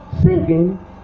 singing